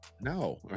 No